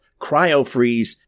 CryoFreeze